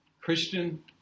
Christian